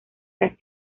las